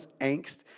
angst